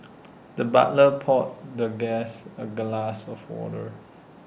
the butler poured the guest A glass of water